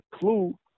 Clue